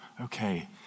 okay